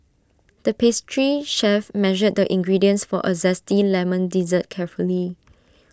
the pastry chef measured the ingredients for A Zesty Lemon Dessert carefully